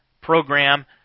program